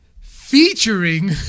featuring